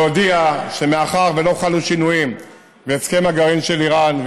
להודיע שמאחר שלא חלו שינויים בהסכם הגרעין של איראן,